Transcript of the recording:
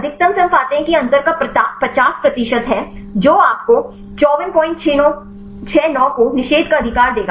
तो अधिकतम से हम पाते हैं कि यह अंतर का 50 प्रतिशत है जो आपको 5469 को निषेध का अधिकार देगा